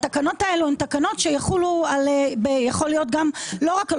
התקנות האלה הן תקנות שיחולו לא רק על